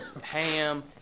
ham